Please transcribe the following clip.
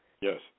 Yes